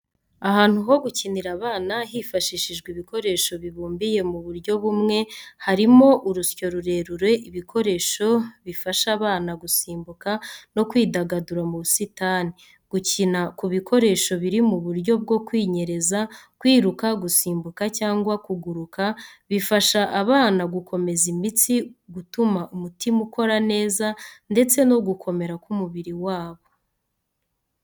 Ahantu ho gukinira abana, hifashishijwe ibikoresho bibumbiye mu buryo bumwe, harimo urusyo rurerure, ibikoresho bifasha abana gusimbuka, no kwidagadura mu busitani. Gukina ku bikoresho biri mu buryo bwo kwinyereza, kwiruka, gusimbuka cyangwa kuguruka, bifasha abana gukomeza imitsi, gutuma umutima ukora neza, ndetse no gukomera k’umubiri wabo.